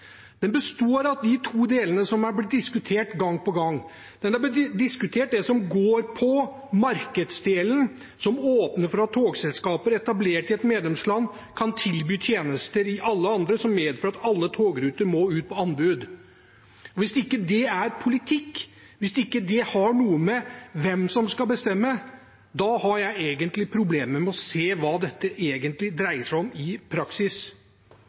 Den består av de to delene som er blitt diskutert gang på gang: Det ene dreier seg om markedsdelen, som åpner for at togselskaper etablert i et medlemsland kan tilby tjenester i alle andre, som medfører at alle togruter må ut på anbud. Hvis ikke det er politikk, hvis ikke det har noe å gjøre med hvem som skal bestemme, har jeg problemer med å se hva dette i praksis dreier seg om.